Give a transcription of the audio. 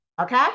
Okay